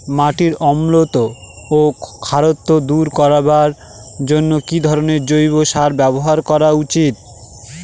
মাটির অম্লত্ব ও খারত্ব দূর করবার জন্য কি ধরণের জৈব সার ব্যাবহার করা উচিৎ?